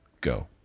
go